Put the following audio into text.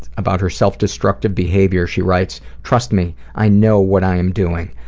about her self-destructive behavior, she writes, trust me, i know what i am doing.